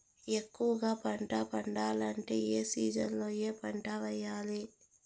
ఎక్కువగా పంట పండాలంటే ఏ సీజన్లలో ఏ పంట వేయాలి